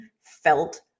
felt